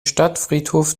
stadtfriedhof